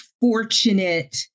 fortunate